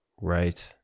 Right